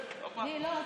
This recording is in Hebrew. יש,